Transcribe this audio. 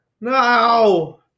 No